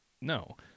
no